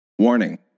Warning